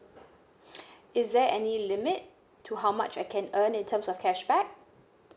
is there any limit to how much I can earn in terms of cashback